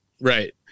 right